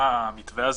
הסוהר,